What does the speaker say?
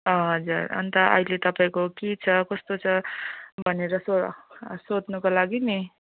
हजर अन्त अहिले तपाईँको के छ कस्तो छ भनेर सो सोध्नुको लागि नि